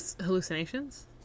Hallucinations